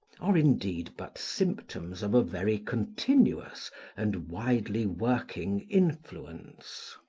are indeed but symptoms of a very continuous and widely working influence.